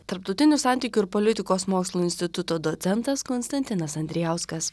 tarptautinių santykių ir politikos mokslų instituto docentas konstantinas andrijauskas